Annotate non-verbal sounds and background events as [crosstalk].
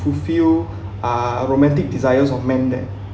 fulfill [breath] uh romantic desires of men there